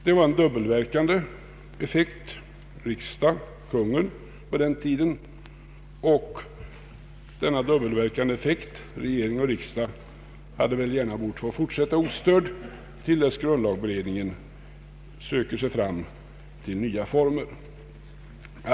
Det var en dubbelverkande effekt — riksdagen och kungen — på den tiden — nu är det riksdag och regering — och denna dubbelverkande effekt hade väl bort få fortsätta ostörd medan grundlagberedningen söker sig fram till nya former.